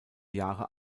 jahre